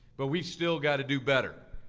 but we've still got to do better.